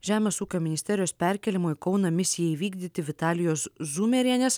žemės ūkio ministerijos perkėlimo į kauną misijai įvykdyti vitalijos zumerienės